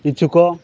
ଇଚ୍ଛୁକ